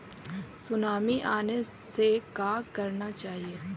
Tsunami आने से का करना चाहिए?